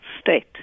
state